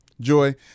Joy